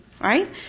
right